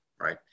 right